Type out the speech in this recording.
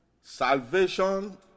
salvation